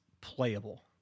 playable